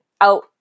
out